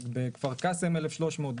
בכפר קאסם 1,300,